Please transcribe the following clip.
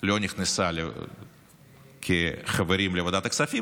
לא נכנסה כחברה בוועדת הכספים,